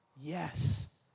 Yes